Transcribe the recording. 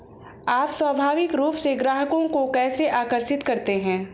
आप स्वाभाविक रूप से ग्राहकों को कैसे आकर्षित करते हैं?